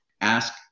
Ask